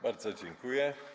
Bardzo dziękuję.